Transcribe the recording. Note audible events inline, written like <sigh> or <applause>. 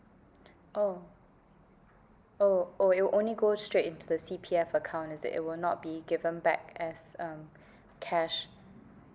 oh oh oh it'll only go straight into the C_P_F account is it it will not be given back as um <breath> cash